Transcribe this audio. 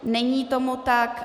Není tomu tak.